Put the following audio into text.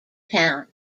town